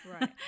Right